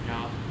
ya lor